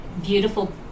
beautiful